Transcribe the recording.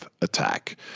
attack